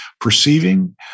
perceiving